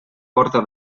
porta